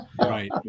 right